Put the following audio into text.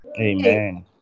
Amen